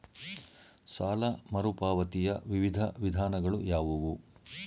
ಸಾಲ ಮರುಪಾವತಿಯ ವಿವಿಧ ವಿಧಾನಗಳು ಯಾವುವು?